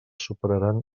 superaran